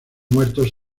muertos